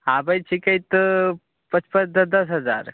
आबै छिकै तऽ पाँच पाँच दस दस हजार